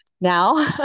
now